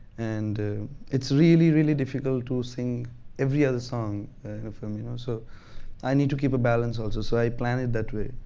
and it's really, really difficult to sing every other song for me. you know so i need to keep a balance also, so i plan it that way.